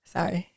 Sorry